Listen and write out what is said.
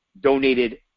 donated